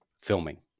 filming